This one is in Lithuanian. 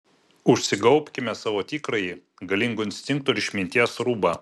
užsigaubkime savo tikrąjį galingų instinktų ir išminties rūbą